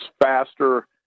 faster